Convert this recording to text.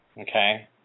Okay